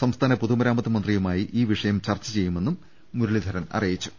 സംസ്ഥാന പൊതുമരാമത്ത് മന്ത്രിയുമായി ഈ വിഷയം ചർച്ച ചെയ്യുമെന്നും മുരളീധ രൻ അറിയിച്ചു